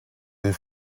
the